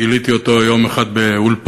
גיליתי אותו יום אחד באולפן,